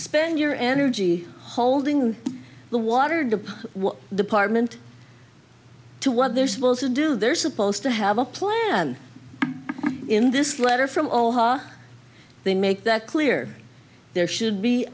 spend your energy holding the water to what department to what they're supposed to do they're supposed to have a plan in this letter from oha they make that clear there should